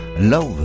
Love